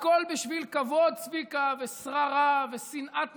הכול בשביל כבוד, צביקה, ושררה ושנאת נתניהו,